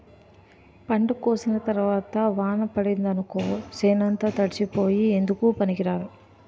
పంట కోసిన తరవాత వాన పడిందనుకో సేనంతా తడిసిపోయి ఎందుకూ పనికిరాదు